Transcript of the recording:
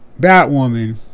Batwoman